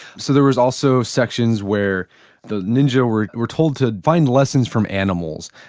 so, there was also sections where the ninja were were told to find lessons from animals.